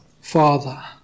Father